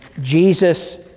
Jesus